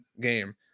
game